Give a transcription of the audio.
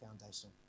foundation